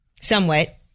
somewhat